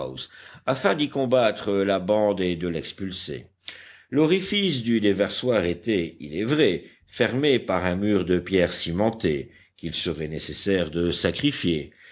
afin d'y combattre la bande et de l'expulser l'orifice du déversoir était il est vrai fermé par un mur de pierres cimentées qu'il serait nécessaire de sacrifier